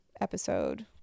episode